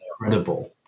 incredible